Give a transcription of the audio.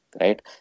right